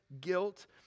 guilt